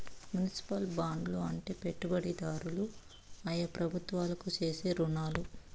municipal బాండ్లు అంటే పెట్టుబడిదారులు ఆయా ప్రభుత్వాలకు చేసే రుణాలు